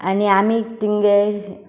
आनी आमी तांगेर